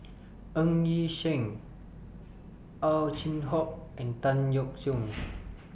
Ng Yi Sheng Ow Chin Hock and Tan Yeok Seong